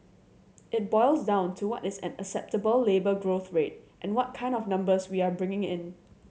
it boils down to what is an acceptable labour growth rate and what kind of numbers we are bringing in